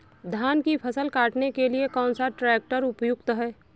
धान की फसल काटने के लिए कौन सा ट्रैक्टर उपयुक्त है?